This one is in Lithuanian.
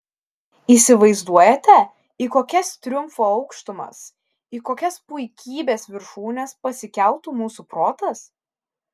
įsivaizduojate į kokias triumfo aukštumas į kokias puikybės viršūnes pasikeltų mūsų protas